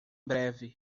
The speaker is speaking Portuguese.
breve